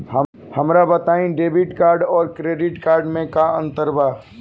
हमका बताई debit card और क्रेडिट कार्ड में का अंतर बा?